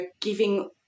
giving